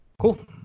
Cool